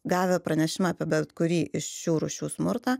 gavę pranešimą apie bet kurį iš šių rūšių smurtą